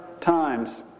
times